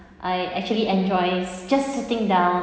I actually enjoys just sitting down